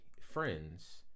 friends